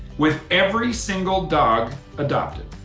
with every single dog adopted.